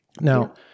Now